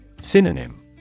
Synonym